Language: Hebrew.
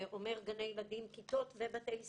זה אומר גני ילדים, כיתות ובתי ספר.